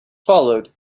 followed